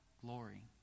glory